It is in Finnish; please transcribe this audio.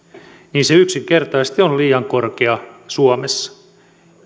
niin se yksinkertaisesti on liian korkea suomessa